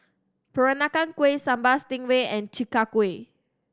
Peranakan Kueh Sambal Stingray and Chi Kak Kuih